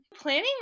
planning